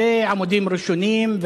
בעמודים ראשונים,